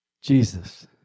Jesus